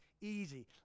Easy